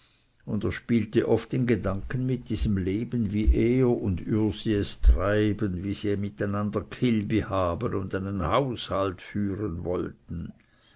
und er spielte oft in gedanken mit diesem leben und wie er und ürsi es treiben wie sie miteinander kilbi haben und einen haushalt führen wollten